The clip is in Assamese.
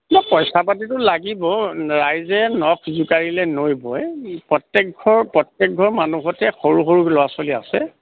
নাই পইচা পাতিটো লাগিব ৰাইজে নখ জোকাৰিলে নৈ বই প্ৰত্যেক ঘৰ প্ৰত্যেক ঘৰৰ মানুহ সৈতে সৰু সৰু ল'ৰা ছোৱালী আছে